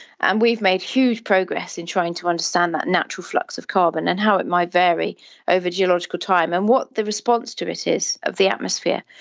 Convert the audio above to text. and we've made huge progress in trying to understand that natural flux of carbon and how it might vary over geological time and what the response to it is of the atmosphere.